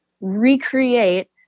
recreate